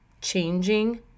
changing